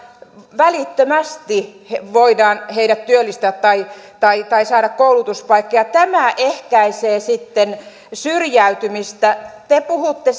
välittömästi heidät voidaan työllistää tai he voivat saada koulutuspaikan ja tämä ehkäisee sitten syrjäytymistä te puhutte